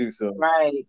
Right